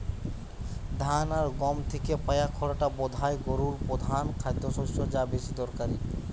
ধান আর গম থিকে পায়া খড়টা বোধায় গোরুর পোধান খাদ্যশস্য যা বেশি দরকারি